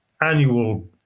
annual